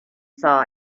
saw